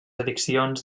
addicions